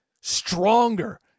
stronger